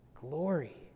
glory